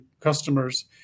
customers